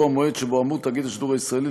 והוא המועד שבו אמור תאגיד השידור הישראלי